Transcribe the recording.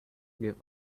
give